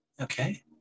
Okay